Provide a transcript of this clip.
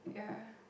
yeah